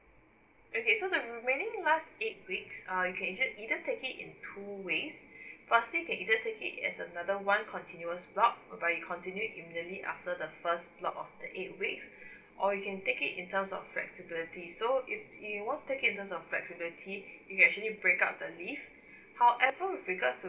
okay so the remaining last eight weeks uh you can is it either take it two ways firstly you can either take it as a another one continuous block whereby you continue immediately after the first block of the eight weeks or you can take it in terms of flexibility so if you want take it in terms of flexibility you actually break up the leave however with regards to